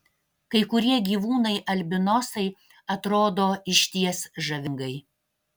kai kurie gyvūnai albinosai atrodo išties žavingai